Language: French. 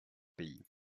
pays